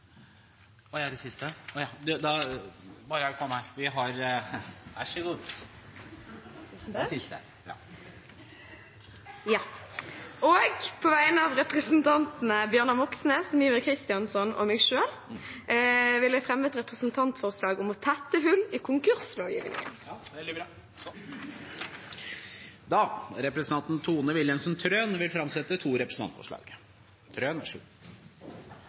Og så det siste forslaget – vær så god Tusen takk. På vegne av representantene Bjørnar Moxnes, Mímir Kristjánsson og meg selv vil jeg fremme et representantforslag om å tette hull i konkurslovgivningen. Da vil representanten Tone Wilhelmsen Trøen framsette to representantforslag.